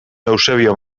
eusebio